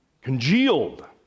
Congealed